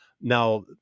now